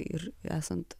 ir esant